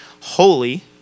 holy